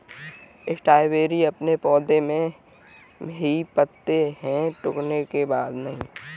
strawberry अपने पौधे में ही पकते है टूटने के बाद नहीं